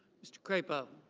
mr. crapo.